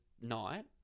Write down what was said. night